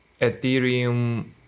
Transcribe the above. ethereum